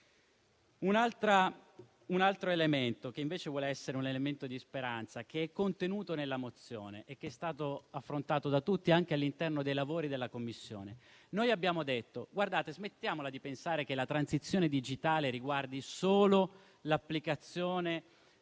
un altro elemento, che invece vuol essere di speranza, che è contenuto nella mozione e che è stato affrontato da tutti anche all'interno dei lavori della Commissione. Noi abbiamo detto: smettiamola di pensare che la transizione digitale riguardi, per esempio, solo l'applicazione del digitale